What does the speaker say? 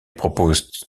propose